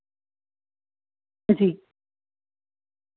जी